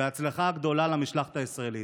בהצלחה גדולה למשלחת הישראלית.